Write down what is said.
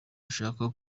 bashaka